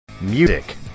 music